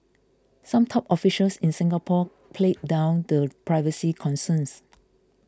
some top officials in Singapore played down the privacy concerns